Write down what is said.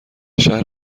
شهر